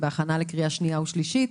בהכנה לקריאה שנייה ושלישית.